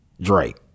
Drake